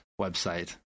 website